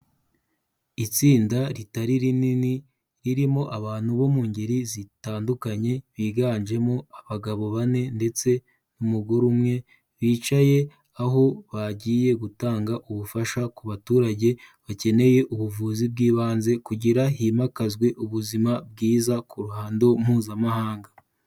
Itsinda ritari rinini ririmo abantu bo mu ngeri zitandukanye, biganjemo abagabo bane ndetse n'umugore umwe bicaye aho bagiye gutanga ubufasha ku baturage bakeneye ubuvuzi bw'ibanze kugira himakazwe ubuzima bwiza ku ruhando mpuzamahanga.